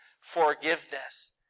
forgiveness